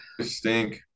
stink